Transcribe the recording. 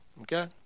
okay